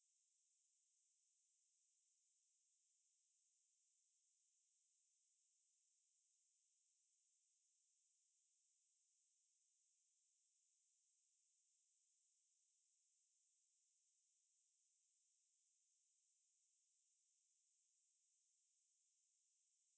and also because அந்த இரண்டு:antha irandu submission அதுக்கு முன்னாடி நான்தான் பண்ணேன்:athukku munnaadi naanthaan pannen so like அவனை எல்லாற்றையும் செய்ய சொல்லு:avani ellaatrayum seyya sollu lah right so then I said okay nice very good then we discussed everything then he was telling oh okay um but actually ah I cannot edit the video unless someone is with me on the call